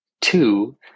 Two